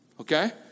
Okay